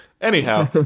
Anyhow